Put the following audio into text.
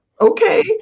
Okay